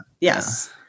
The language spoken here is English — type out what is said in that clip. Yes